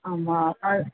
ஆமாம் ஆ